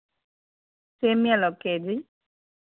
సేమ్యా ఒక కేజీ